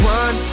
one